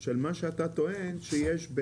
של מה שאתה טוען שיש.